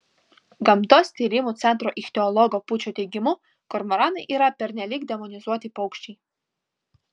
gamtos tyrimų centro ichtiologo pūčio teigimu kormoranai yra pernelyg demonizuoti paukščiai